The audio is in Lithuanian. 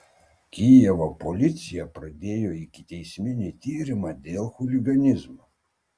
kijevo policija pradėjo ikiteisminį tyrimą dėl chuliganizmo